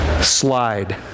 Slide